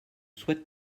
souhaite